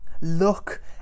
look